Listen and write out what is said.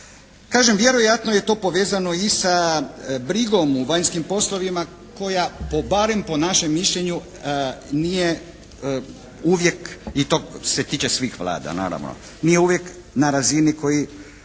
Kažem, vjerojatno je to povezano i sa brigom o vanjskim poslovima koja barem po našem mišljenju nije uvijek i to se tiče svih Vlada naravno, nije uvijek na razini koji